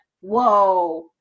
whoa